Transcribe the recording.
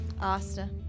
Asta